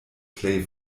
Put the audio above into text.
plej